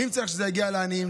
ואם צריך שזה יגיע לעניים,